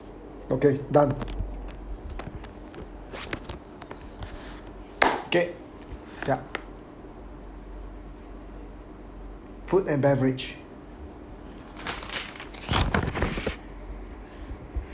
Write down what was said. okay done okay yup food and beverage